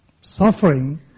suffering